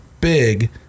big